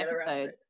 episode